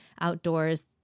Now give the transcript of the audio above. outdoors